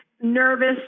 nervous